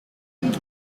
and